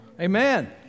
Amen